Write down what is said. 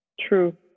True